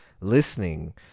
listening